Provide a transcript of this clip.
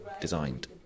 designed